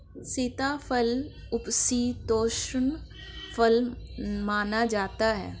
सीताफल उपशीतोष्ण फल माना जाता है